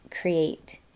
create